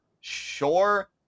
Sure